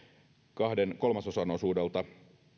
kahden kolmasosan osuudelta